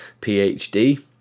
phd